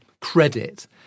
credit